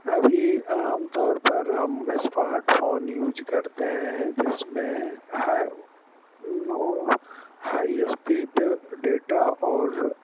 ابھی عام طور پر ہم اسمارٹ فون یوز کرتے ہیں جس میں ہائی اسپیڈ ڈیٹا اور